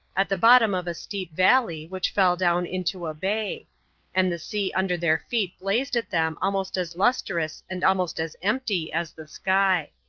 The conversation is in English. at the bottom of a steep valley which fell down into a bay and the sea under their feet blazed at them almost as lustrous and almost as empty as the sky.